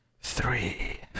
three